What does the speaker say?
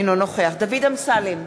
אינו נוכח דוד אמסלם,